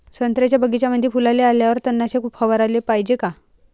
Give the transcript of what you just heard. संत्र्याच्या बगीच्यामंदी फुलाले आल्यावर तननाशक फवाराले पायजे का?